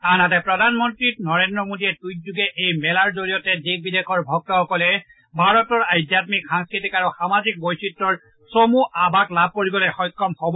আনহাতে প্ৰধানমন্ত্ৰী মোডীয়ে টুইটযোগে এই মেলাৰ জৰিয়তে দেশ বিদেশৰ ভক্তসকলে ভাৰতৰ আধ্যামিক সাংস্কৃতিক আৰু সামাজিক বৈচিত্ৰৰ চমু আভাষ লাভ কৰিবলৈ সক্ষম হ'ব